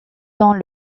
dans